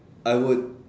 I would